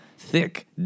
Thick